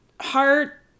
heart